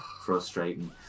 frustrating